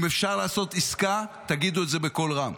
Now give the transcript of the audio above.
אם אפשר לעשות עסקה, תגידו את זה בקול רם.